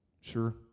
Sure